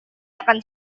akan